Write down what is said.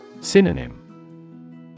Synonym